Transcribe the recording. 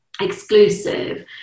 exclusive